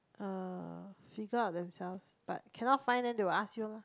uh figure out themselves but cannot find then they will ask you lor